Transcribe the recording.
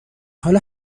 حالا